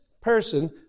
person